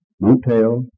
motel